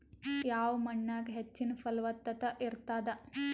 ಯಾವ ಮಣ್ಣಾಗ ಹೆಚ್ಚಿನ ಫಲವತ್ತತ ಇರತ್ತಾದ?